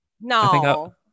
No